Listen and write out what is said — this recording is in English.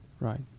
Right